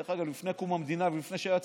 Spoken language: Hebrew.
דרך אגב, לפני קום המדינה ולפני שהיה צה"ל,